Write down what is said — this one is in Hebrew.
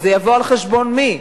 אז זה יבוא על חשבון מי?